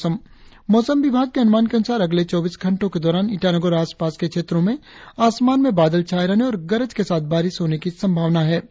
और अब मौसम मौसम विभाग के अनुमान के अनुसार अगले चौबीस घंटो के दौरान ईटानगर और आसपास के क्षेत्रो में आसमान में बादल छाये रहने और गरज के साथ बारिस होने की संभावना है